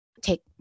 take